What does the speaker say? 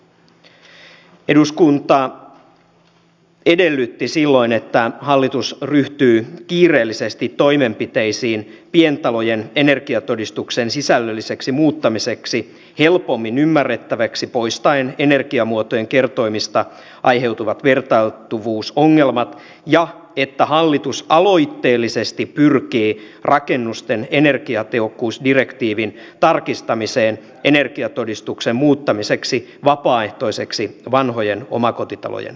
eduskunta edellytti silloin että hallitus ryhtyy kiireellisesti toimenpiteisiin pientalojen energiatodistuksen sisällölliseksi muuttamiseksi helpommin ymmärrettäväksi poistaen energiamuotojen kertoimista aiheutuvat vertailtavuusongelmat ja että hallitus aloitteellisesti pyrkii rakennusten energiatehokkuusdirektiivin tarkistamiseen energiatodistuksen muuttamiseksi vapaaehtoiseksi vanhojen omakotitalojen osalta